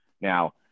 Now